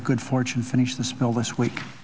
of good fortune finish the snow this week